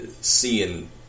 seeing